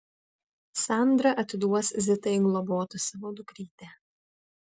sandra atiduos zitai globoti savo dukrytę